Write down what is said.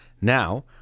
now